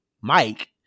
Mike